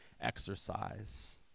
exercise